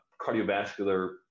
cardiovascular